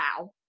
wow